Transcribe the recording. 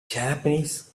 japanese